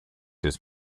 his